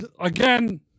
Again